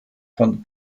von